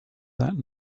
that